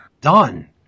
done